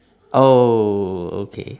oh okay